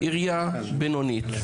עירייה בינונית,